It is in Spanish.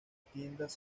tiendas